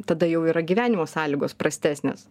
tada jau yra gyvenimo sąlygos prastesnės